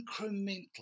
incremental